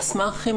אנחנו חושבים